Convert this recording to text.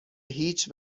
هیچ